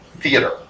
theater